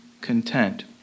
content